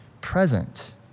present